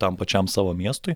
tam pačiam savo miestui